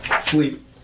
Sleep